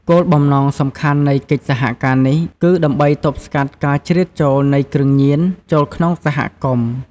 គោលបំណងសំខាន់នៃកិច្ចសហការនេះគឺដើម្បីទប់ស្កាត់ការជ្រៀតចូលនៃគ្រឿងញៀន ចូលក្នុងសហគមន៍។